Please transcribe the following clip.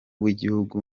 w’igihugu